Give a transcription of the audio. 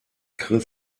chris